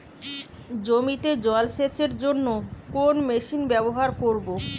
জমিতে জল সেচের জন্য কোন মেশিন ব্যবহার করব?